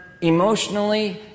emotionally